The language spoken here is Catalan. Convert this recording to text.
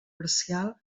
parcial